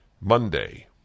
Monday